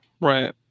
right